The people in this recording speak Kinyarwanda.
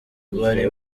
bari